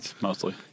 Mostly